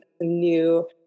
new